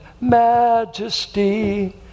majesty